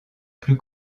plus